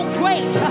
great